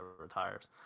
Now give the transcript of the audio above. retires